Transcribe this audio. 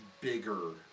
bigger